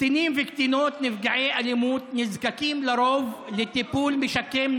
קטינים וקטינות נפגעי אלימות נזקקים לרוב לטיפול משקם,